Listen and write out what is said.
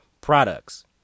products